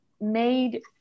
made